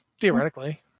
Theoretically